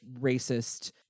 racist